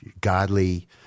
godly